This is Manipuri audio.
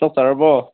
ꯆꯥꯛ ꯆꯥꯔꯕꯣ